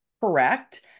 correct